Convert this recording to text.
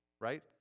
right